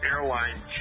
Airline